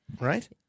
right